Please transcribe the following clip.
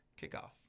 kickoff